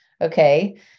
Okay